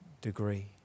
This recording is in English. degree